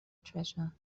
treasure